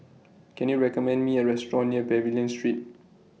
Can YOU recommend Me A Restaurant near Pavilion Street